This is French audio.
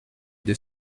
des